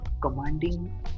commanding